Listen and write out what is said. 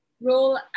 role